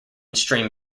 stream